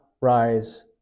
rise